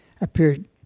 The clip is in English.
appeared